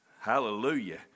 Hallelujah